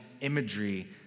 imagery